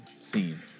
scene